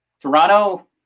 Toronto